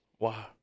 Wow